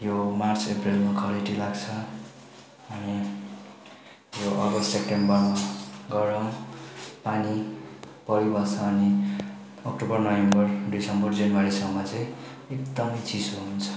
यो मार्च अप्रेलमा खरेटी लाग्छ अनि यो अगस्ट सेप्टेम्बरमा गरम पानी परिबस्छ अनि अक्टोबर नोभेम्बर डिसम्बर जनवरीसम्म चाहिँ एकदमै चिसो हुन्छ